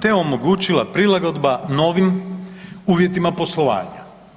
te omogućila prilagodba novim uvjetima poslovanja.